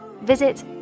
Visit